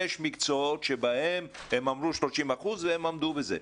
יש מקצועות שבהם הם אמרו 30% והם עמדו בזה.